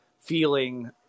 feeling